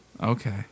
okay